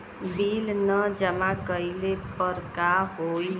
Bill न जमा कइले पर का होई?